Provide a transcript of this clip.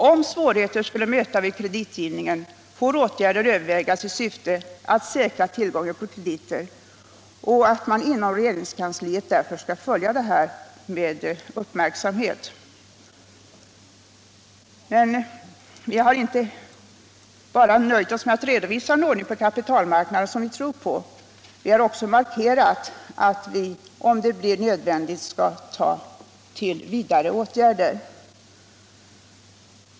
Om svårigheter skulle möta vid kreditgivningen får åtgärder övervägas i syfte att säkra tillgången på krediter. Inom regeringskansliet bör därför utvecklingen på området följas.” I regeringen har vi alltså inte nöjt oss med att bara redovisa en ordning på kapitalmarknaden som vi tror på. Vi har också markerat att vi, om det blir nödvändigt, skall ta till vidare åtgärder.